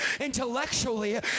intellectually